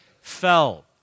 fell